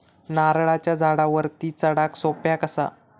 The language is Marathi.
नारळाच्या झाडावरती चडाक सोप्या कसा?